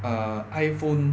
err iphone